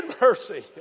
mercy